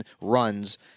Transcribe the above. runs